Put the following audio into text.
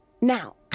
now